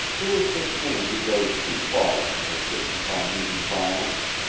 who is this man who goes too far and insists upon using violence?